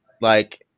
like-